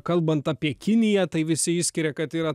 kalbant apie kiniją tai visi išskiria kad yra